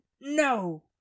No